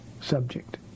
subject